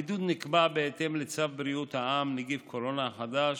הבידוד נקבע בהתאם לצו בריאות העם (נגיף הקורונה החדש)